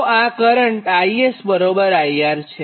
તો આ current ISIR છે